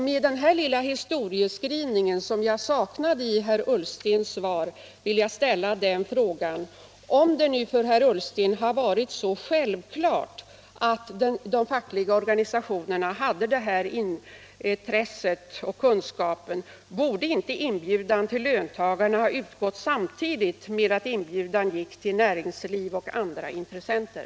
Med den här lilla historiken, som jag saknade i herr Ullstens svar, vill jag ställa frågan: Om det nu för herr Ullsten har varit så självklart Nr 70 att de fackliga organisationerna hade detta intresse och denna kunskap, Fredagen den borde då inte inbjudan till löntagarna ha utgått samtidigt med att inbjudan 11 februari 1977 gick till näringsliv och andra intressenter?